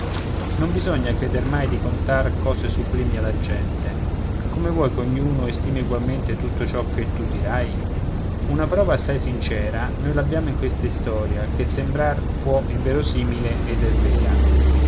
non bisogna creder mai di contar cose sublimi alla gente come vuoi che ognuno estimi egualmente tutto ciò che tu dirai una prova assai sincera noi l'abbiamo in questa istoria che sembrar può inverosimile ed è vera